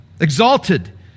Exalted